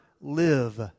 live